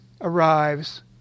arrives